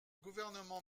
gouvernement